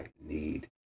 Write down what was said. need